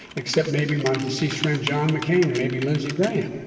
except maybe my deceased friend john mccain and maybe lindsey graham.